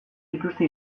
dituzte